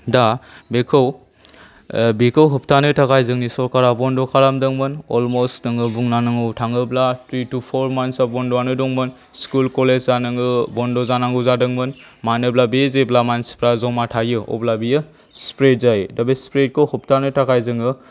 दा बेखौ बेखौ होब्थानो थाखाय जोंनि सरकारा बन्द' खालामदोंमोन अलम'स्ट नोङो बुबावनांगौ थाङोब्ला थ्रि टु फ'र मानथ्सआ बन्द'आनो दंमोन स्कुल कलेजआ नोङो बन्द' जानांगौ जादोंमोन मानोब्ला बे जेब्ला मानसिफोरा जमा थायो अब्ला बियो स्प्रेड जायो दा बे स्प्रेडखौ होब्थानो थाखाय जोङो